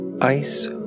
Ice